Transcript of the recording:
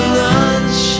lunch